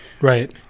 Right